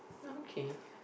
okay